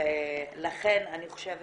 ולכן אני חושבת